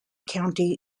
county